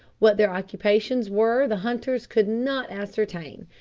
what their occupations were the hunters could not ascertain,